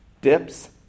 dips